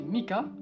Mika